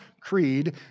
Creed